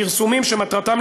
פרסומים שמטרתם,